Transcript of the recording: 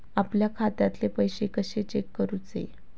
आपल्या खात्यातले पैसे कशे चेक करुचे?